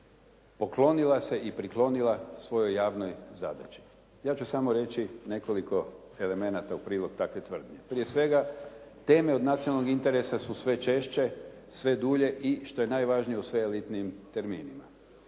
poklonila se i priklonila svojoj javnoj zadaći. Ja ću samo reći nekoliko elemenata u prilog takve tvrdnje. Prije svega, teme od nacionalnog interesa su sve češće, sve dulje i što je najvažnije u sve elitnijim terminima.